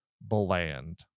bland